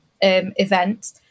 event